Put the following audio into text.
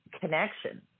connection